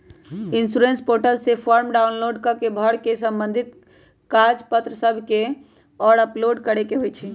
insurance portal से form download कऽ के भर के संबंधित कागज पत्र सभ के जौरे अपलोड करेके होइ छइ